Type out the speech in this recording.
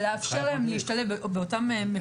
ולאפשר להם להשתלב באותם מקומות.